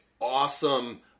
awesome